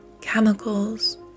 chemicals